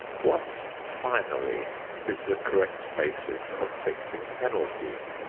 what finally is the correct basis of fixing penalties?